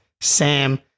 Sam